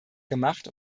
gemacht